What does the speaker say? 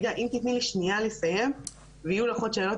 אם תיתני לי שנייה לסיים ויהיו לך עוד שאלות,